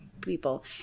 people